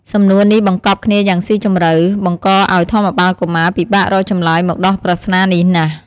សំណួរនេះបង្កប់គ្នាយ៉ាងស៊ីជម្រៅ បង្កឱ្យធម្មបាលកុមារពិបាករកចម្លើយមកដោះប្រស្នានេះណាស់។